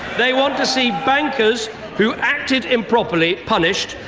they want to see bankers who acted improperly punished,